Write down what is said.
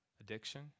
addiction